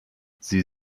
sie